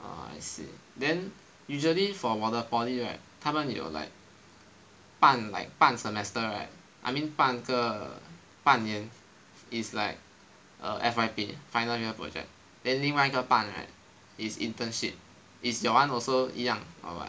orh I see then usually for 我的 poly right 他们有 like 半 semester right I mean 半个半年 is like err F_Y_P final year project then 另外一半 right is internship is your one also 一样 or what